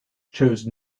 chose